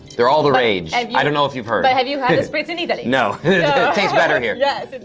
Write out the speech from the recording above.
they're all the rage, i don't know if you've heard. but have you had a spritz in italy? no. no. yeah it tastes better here. yes,